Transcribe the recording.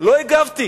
לא הגבתי,